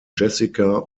jessica